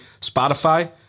Spotify